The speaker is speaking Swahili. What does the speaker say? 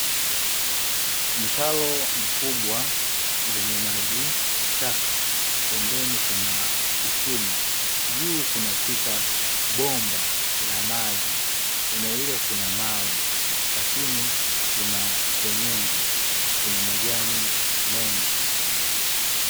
Mtaro mkubwa wenye maji taka, pembeni kuna kisima, juu kunapita bomba la maji, eneo hilo kuna mawe, lakini kuna senyenge, kuna majani mengi.